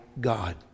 God